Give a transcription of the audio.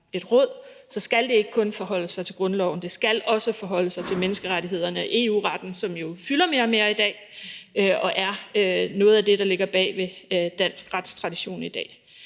et råd, så skal det ikke kun forholde sig til grundloven; det skal også forholde sig til menneskerettighederne og EU-retten, som jo fylder mere og mere i dag og er noget af det, som ligger bag den danske retstradition i dag.